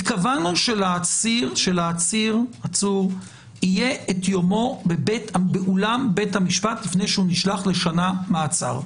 התכוונו שלעצור יהיה יומו באולם בית המשפט לפני שהוא נשלח לשנה מעצר.